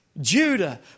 Judah